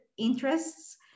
interests